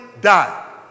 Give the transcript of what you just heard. die